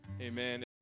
amen